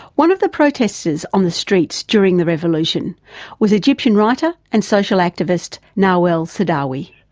one of the protesters on the streets during the revolution was egyptian writer and social activist nawal saadawi.